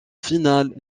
finale